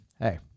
hey